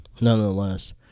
nonetheless